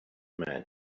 man